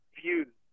views